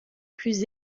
plus